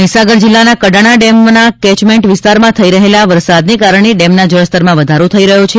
તો મહિસાગર જિલ્લાના કડાણા ડેમના કેચમેન્ટ વિસ્તારમાં થઈ રહેલા વરસાદને કારણે ડેમના જળસ્તરમાં વધારો થઈ રહ્યો છે